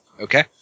Okay